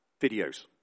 videos